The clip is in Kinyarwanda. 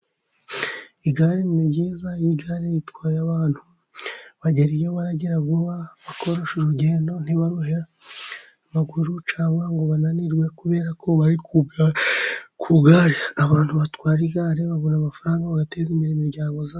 Igare ni ryiza, iyo igare ritwaye abantu bagera iyo baragera vuba, bakoresha urugendo ntibaruhe amaguru ,cyangwa ngo bananirwe. Kubera ko bari kugare, abantu batwara igare babona amafaranga bagateza imbere imiryango yabo.